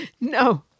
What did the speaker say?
No